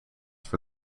for